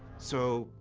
so,